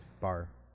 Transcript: Bar